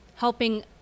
helping